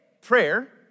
prayer